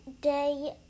day